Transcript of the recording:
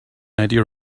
idea